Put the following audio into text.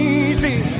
easy